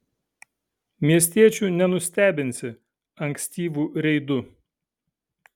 miestiečių nenustebinsi ankstyvu reidu